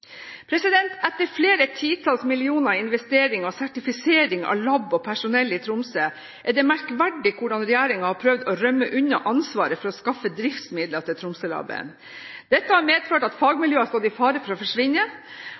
Etter flere titalls millioner til investering i og sertifisering av laboratorium og personell i Tromsø er det merkverdig hvordan regjeringen har prøvd å rømme unna ansvaret for å skaffe driftsmidler til Tromsø-laboratoriet. Dette har medført at fagmiljøet har stått i fare for å forsvinne.